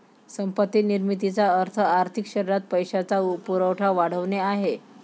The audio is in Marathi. संपत्ती निर्मितीचा अर्थ आर्थिक शरीरात पैशाचा पुरवठा वाढवणे आहे